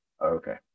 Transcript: Okay